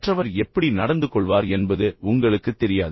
மற்றவர் எப்படி நடந்துகொள்வார் என்பது உங்களுக்குத் தெரியாது